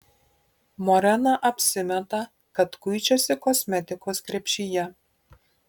morena apsimeta kad kuičiasi kosmetikos krepšyje